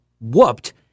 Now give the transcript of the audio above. whooped